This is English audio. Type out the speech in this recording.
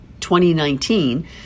2019